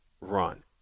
run